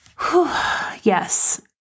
yes